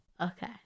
Okay